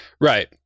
right